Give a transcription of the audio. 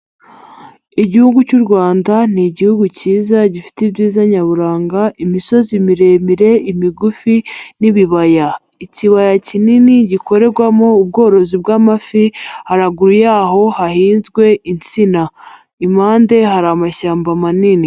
Igihugu cy'u Rwanda ni Igihugu kiza gifite ibyiza nyaburanga, imisozi miremire, imigufi n'ibibaya. Ikibaya kinini gikorerwamo ubworozi bw'amafi haraguru y'aho hahinzwe insina, impande hari amashyamba manini.